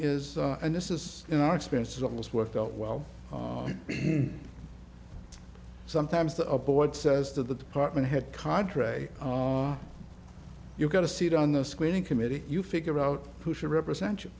is and this is in our experience is almost worked out well sometimes the board says to the department head contrary you've got to see it on the screening committee you figure out who should represent you